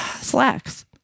slacks